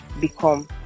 become